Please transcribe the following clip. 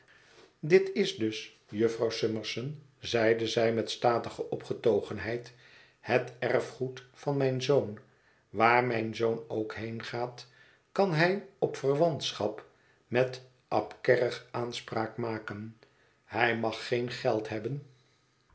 dit is dus jufvrouw summerson zeide zij dan met statige opgetogenheid het erfgoed van mijn zoon waar mijn zoon ook heengaat kan hij op verwantschap met ap kerrig aanspraak maken hij mag geen geld hebben